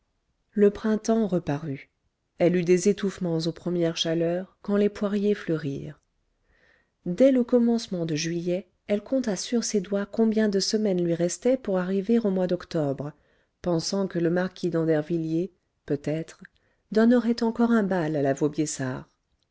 le printemps reparut elle eut des étouffements aux premières chaleurs quand les poiriers fleurirent dès le commencement de juillet elle compta sur ses doigts combien de semaines lui restaient pour arriver au mois d'octobre pensant que le marquis d'andervilliers peut-être donnerait encore un bal à la